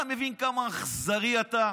אתה מבין כמה אכזרי אתה?